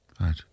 Right